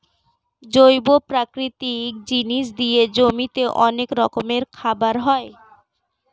জৈব প্রাকৃতিক জিনিস দিয়ে জমিতে অনেক রকমের খাবার হয়